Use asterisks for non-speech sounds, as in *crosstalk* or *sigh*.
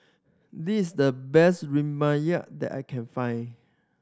this the best *unintelligible* that I can find